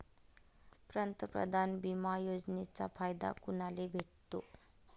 पंतप्रधान बिमा योजनेचा फायदा कुनाले भेटतो?